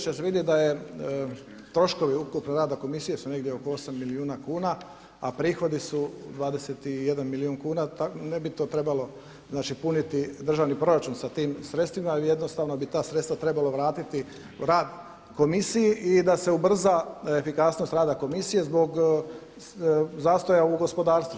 se vidi da je su troškovi ukupni rada komisije su negdje oko 8 milijuna kuna, a prihodi su 21 milijun kuna ne bi to trebalo puniti državni proračun sa tim sredstvima, ali jednostavno bi ta sredstva trebalo vratiti u rad komisiji i da se ubrza efikasnost rada komisije zbog zastoja u gospodarstvu.